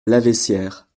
laveissière